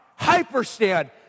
hyperstand